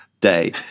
day